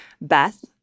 Beth